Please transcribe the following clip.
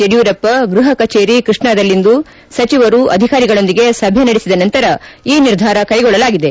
ಯಡಿಯೂರಪ್ಪ ಗೃಹ ಕಚೇರಿ ಕೃಷ್ಣಾದಲ್ಲಿಂದು ಸಚಿವರು ಅಧಿಕಾರಿಗಳೊಂದಿಗೆ ಸಭೆ ನಡೆಸಿದ ನಂತರ ಈ ನಿರ್ಧಾರ ಕೈಗೊಳ್ಳಲಾಗಿದೆ